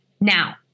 now